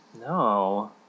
No